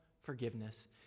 forgiveness